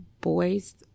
boys